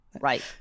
right